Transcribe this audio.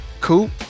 cool